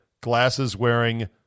glasses-wearing